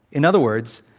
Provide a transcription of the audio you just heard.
in other words,